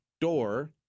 door—